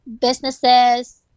businesses